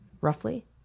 roughly